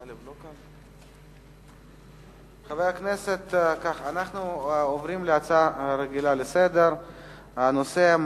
אנחנו עוברים להצעה רגילה לסדר-היום בנושא: